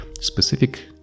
specific